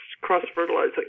cross-fertilizing